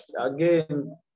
again